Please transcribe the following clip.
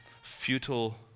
futile